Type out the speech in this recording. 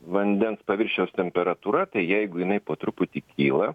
vandens paviršiaus temperatūra tai jeigu jinai po truputį kyla